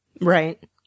right